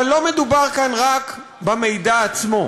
אבל לא מדובר כאן רק במידע עצמו.